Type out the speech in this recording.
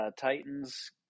Titans